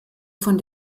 von